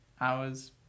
hours